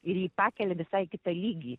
ir jį pakelia visai į kitą lygį